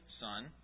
son